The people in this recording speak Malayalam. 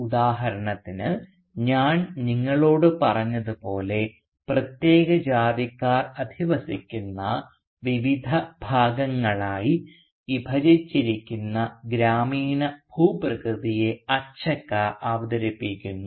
ഉദാഹരണത്തിന് ഞാൻ നിങ്ങളോട് പറഞ്ഞതുപോലെ പ്രത്യേക ജാതിക്കാർ അധിവസിക്കുന്ന വിവിധ ഭാഗങ്ങളായി വിഭജിച്ചിരിക്കുന്ന ഗ്രാമീണ ഭൂപ്രകൃതിയെ അച്ചക്ക അവതരിപ്പിക്കുന്നു